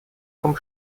vom